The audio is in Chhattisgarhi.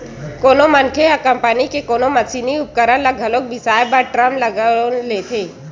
कोनो मनखे ह कंपनी के कोनो मसीनी उपकरन ल घलो बिसाए बर टर्म लोन लेथे